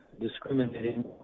discriminating